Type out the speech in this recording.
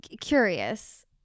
curious